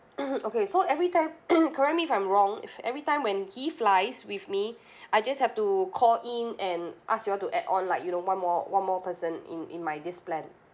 okay so every time correct me if I'm wrong if every time when he flies with me I just have to call in and ask you all to add on like you know one more one more person in in my this plan